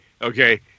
Okay